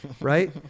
right